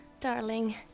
darling